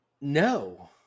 No